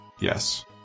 Yes